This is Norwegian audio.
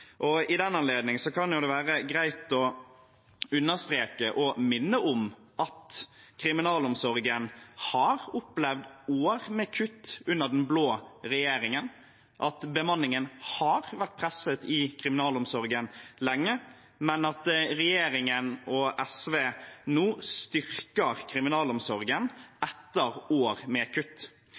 I den anledning kan det være greit å understreke og minne om at kriminalomsorgen har opplevd år med kutt under den blå regjeringen, at bemanningen har vært presset i kriminalomsorgen lenge, men at regjeringen og SV nå styrker kriminalomsorgen etter år med kutt.